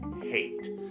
hate